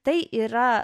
tai yra